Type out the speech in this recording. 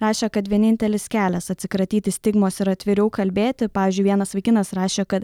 rašė kad vienintelis kelias atsikratyti stigmos ir atviriau kalbėti pavyzdžiui vienas vaikinas rašė kad